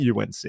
UNC